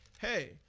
Hey